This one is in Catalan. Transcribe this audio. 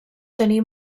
tenir